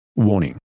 Warning